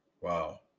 Wow